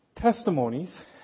Testimonies